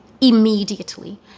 immediately